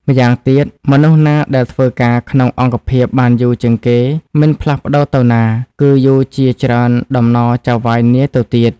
ម្យ៉ាងទៀត មនុស្សណាដែលធ្វើការក្នុងអង្គភាពបានយូរជាងគេមិនផ្លាស់ប្ដូរទៅណា គឺយូរជាច្រើនតំណចៅហ្វាយនាយទៅទៀត ។